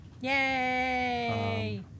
Yay